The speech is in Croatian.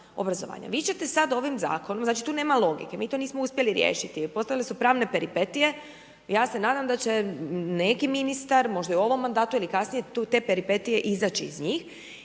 Vi ćete sad, ovim Zakonom, znači tu nema logike, mi to nismo uspjeli riješiti, postojale su pravne peripetije i ja se nadam da će neki ministar, možda i u ovom mandatu ili kasnije, te peripetije izaći iz njih,